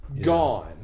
Gone